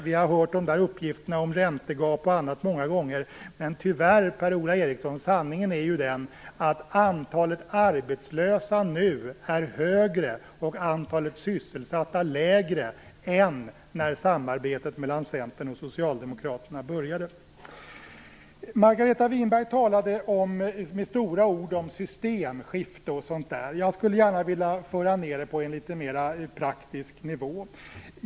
Vi har hört uppgifterna om räntegap och annat många gånger, Per-Ola Eriksson. Men tyvärr är sanningen den, Per-Ola Eriksson, att antalet arbetslösa nu är högre och antalet sysselsatta lägre än när samarbetet mellan Centern och Socialdemokraterna började. Margareta Winberg talade med stora ord om systemskifte och liknande. Jag skulle gärna vilja föra ned debatten på en litet mer praktisk nivå.